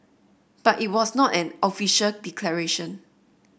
but it was not an official declaration